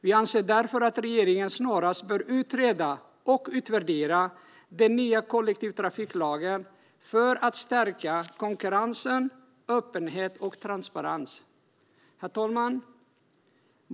Vi anser därför att regeringen snarast bör utreda och utvärdera den nya kollektivtrafiklagen för att stärka konkurrensen, öppenheten och transparensen. Herr talman!